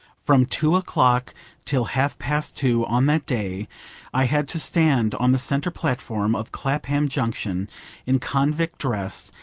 from two o'clock till half-past two on that day i had to stand on the centre platform of clapham junction in convict dress,